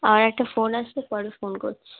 আর একটা ফোন আসছে পরে ফোন করছি